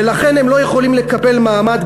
ולכן הם לא יכולים לקבל מעמד,